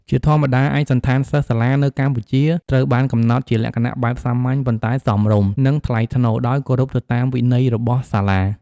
ជាធម្មតា ឯកសណ្ឋានសិស្សសាលានៅកម្ពុជាត្រូវបានកំណត់ជាលក្ខណៈបែបសាមញ្ញ ប៉ុន្តែសមរម្យ និងថ្លៃថ្នូរ ដោយគោរពទៅតាមវិន័យរបស់សាលា។